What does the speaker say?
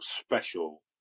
special